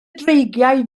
dreigiau